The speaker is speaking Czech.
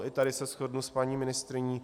I tady se shodnu s paní ministryní.